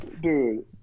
dude